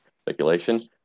speculation